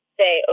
say